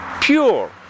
pure